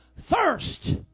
thirst